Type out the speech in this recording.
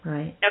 Right